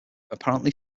apparently